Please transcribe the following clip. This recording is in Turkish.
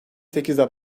sekizde